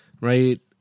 right